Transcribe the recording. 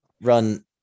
run